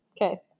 Okay